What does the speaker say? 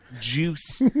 juice